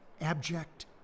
abject